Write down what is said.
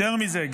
יותר מזה,